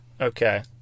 Okay